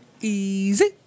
Easy